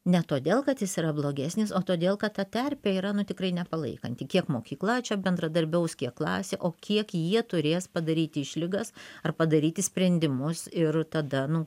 ne todėl kad jis yra blogesnis o todėl kad ta terpė yra nu tikrai nepalaikanti kiek mokykla čia bendradarbiaus kiek klasė o kiek jie turės padaryt išlygas ar padaryti sprendimus ir tada nu